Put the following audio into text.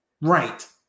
right